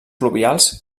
fluvials